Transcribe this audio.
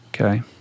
Okay